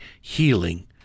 healing